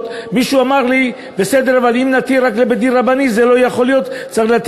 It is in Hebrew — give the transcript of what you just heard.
יהיו אוכלוסיות שלמות שבתוכן יתחתנו בגיל צעיר ולא יבואו לבקש היתר